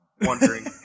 wondering